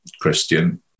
Christian